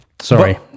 Sorry